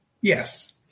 yes